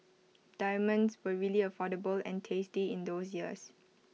diamonds were really affordable and tasty in those years